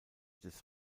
des